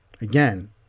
again